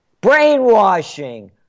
Brainwashing